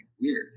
weird